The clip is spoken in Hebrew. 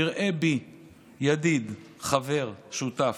יראה בי ידיד, חבר, שותף,